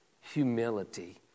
humility